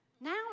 now